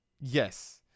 Yes